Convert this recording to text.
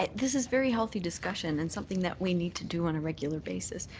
this is very healthy discussion and something that we need to do on a regular basis.